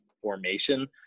formation